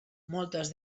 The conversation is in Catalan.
moltes